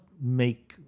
make